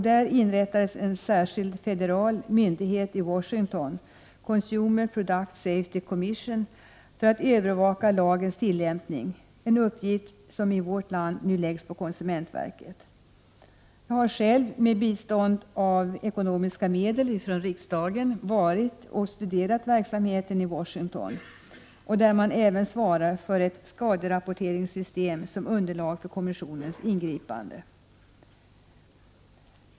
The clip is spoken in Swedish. Där inrättades en särskild federal myndighet i Washington, Consumer Product Safety Commission, för att övervaka lagens tillämpning, en uppgift som i vårt land nu läggs på konsumentverket. Jag har själv med bistånd av ekonomiska medel från riksdagen studerat verksamheten i Washington, där man även svarar för ett skaderapporteringssystem som underlag för kommissionens ingripande.